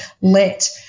let